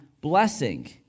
blessing